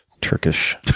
Turkish